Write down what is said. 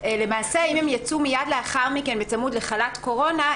למעשה אם הן יצאו מיד לאחר מכן בצמוד לחל"ת קורונה,